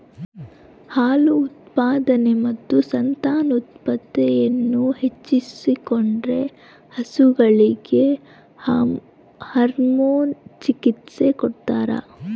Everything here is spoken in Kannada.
ಹಾಲು ಉತ್ಪಾದನೆ ಮತ್ತು ಸಂತಾನೋತ್ಪತ್ತಿಯನ್ನು ಹೆಚ್ಚಿಸಾಕ ಡೈರಿ ಹಸುಗಳಿಗೆ ಹಾರ್ಮೋನ್ ಚಿಕಿತ್ಸ ಕೊಡ್ತಾರ